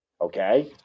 okay